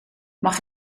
mag